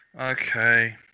Okay